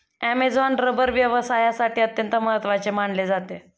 Amazon rubber हे व्यवसायासाठी अत्यंत महत्त्वाचे मानले जाते